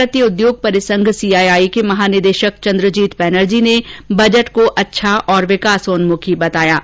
भारतीय उद्योग परिसंघ सीआईआई के महानिदेशक चन्द्रजीत बैनर्जी ने बजट को अच्छा और विकासोन्मुखी बताया है